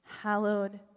hallowed